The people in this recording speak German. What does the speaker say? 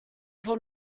von